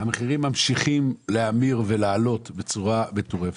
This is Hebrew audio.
המחירים ממשיכים להאמיר ולעלות בצורה מטורפת.